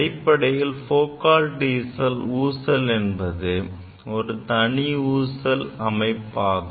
அடிப்படையில் Foucault ஊசல் என்பது ஒரு தனி ஊசல் அமைப்பாகும்